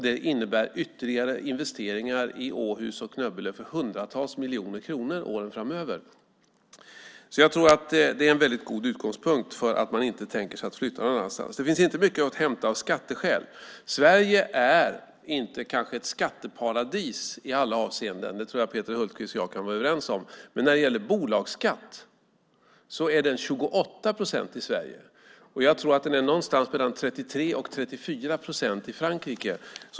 Det innebär ytterligare investeringar i Åhus och Nöbbelöv för hundratals miljoner kronor åren framöver. Jag tror att det är en väldigt god utgångspunkt för att man inte tänker sig att flytta någon annanstans. Det finns inte mycket att hämta av skatteskäl. Sverige är kanske inte ett skatteparadis i alla avseenden - det tror jag att Peter Hultqvist och jag kan vara överens om. Men bolagsskatten är 28 procent i Sverige, och jag tror att den är någonstans mellan 33 och 34 procent i Frankrike.